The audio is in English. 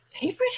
Favorite